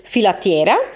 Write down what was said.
Filatiera